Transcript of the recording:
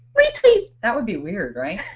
retweet. that would be weird right?